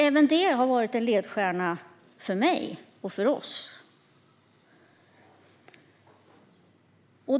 Även detta har varit en ledstjärna för mig och för oss.